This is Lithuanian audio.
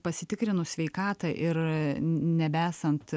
pasitikrinus sveikatą ir nebesant